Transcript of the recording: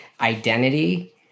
identity